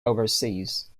overseas